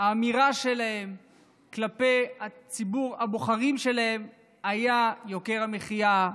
האמירה שלהן כלפי ציבור הבוחרים שלהן הייתה יוקר המחיה,